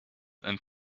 and